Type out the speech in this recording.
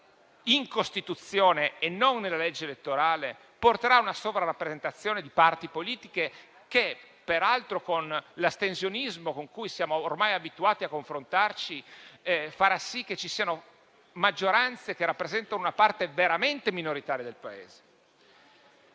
in Costituzione e non nella legge elettorale porterà a una sovrarappresentazione di parti politiche che, peraltro, con l'astensionismo con cui siamo ormai abituati a confrontarci, farà sì che ci siano maggioranze che rappresentano una parte veramente minoritaria del Paese.